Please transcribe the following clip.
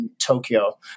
Tokyo